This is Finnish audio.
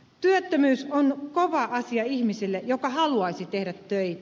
työttömyys on kova asia ihmiselle joka haluaisi tehdä töitä